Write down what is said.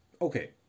Okay